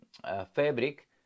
fabric